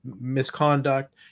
misconduct